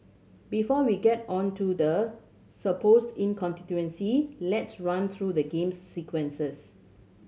before we get on to the supposed inconsistency let's run through the game's sequences